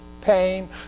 pain